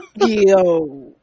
Yo